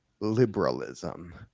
liberalism